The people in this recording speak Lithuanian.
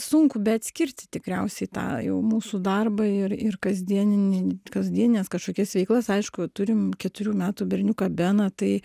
sunku beatskirti tikriausiai tą jau mūsų darbą ir ir kasdieninį kasdienes kažkokias veiklas aišku turim keturių metų berniuką beną tai